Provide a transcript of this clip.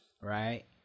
right